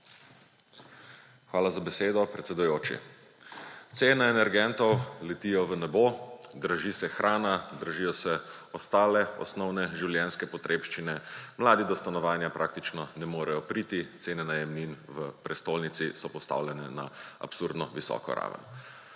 Hvala za besedo, predsedujoči. Cene energentov letijo v nebo, draži se hrana, dražijo se ostale osnovne potrebščine, mladi do stanovanja praktično ne morejo priti, cene najemnin v prestolnici so postavljene na absurdno visoko raven.